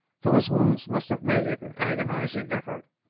though his wounds must have made it an agonizing effort,